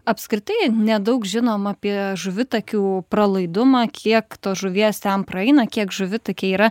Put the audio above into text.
apskritai nedaug žinom apie žuvitakių pralaidumą kiek tos žuvies ten praeina kiek žuvitakiai yra